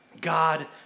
God